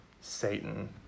Satan